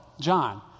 John